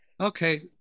Okay